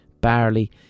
barley